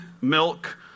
milk